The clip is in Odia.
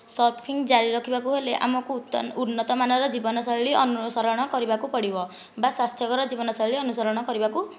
ସର୍ଫିଙ୍ଗ ଜାରି ରଖିବାକୁ ହେଲେ ଆମକୁ ଉତ ଉନ୍ନତମାନର ଜୀବନ ଶୈଳୀ ଅନୁସରଣ କରିବାକୁ ପଡ଼ିବ ବା ସ୍ୱାସ୍ଥ୍ୟକର ଜୀବନ ଶୈଳୀ ଅନୁସରଣ କରିବାକୁ ପଡ଼ିବ